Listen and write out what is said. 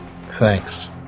Thanks